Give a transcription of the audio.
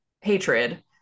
hatred